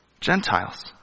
Gentiles